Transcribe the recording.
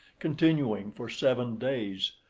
continuing for seven days,